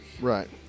Right